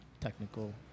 technical